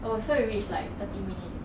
oh so you reach like thirty minute